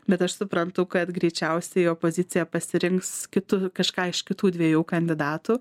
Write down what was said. bet aš suprantu kad greičiausiai opozicija pasirinks kitu kažką iš kitų dviejų kandidatų